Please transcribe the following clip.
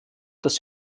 dass